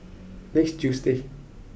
next Tuesday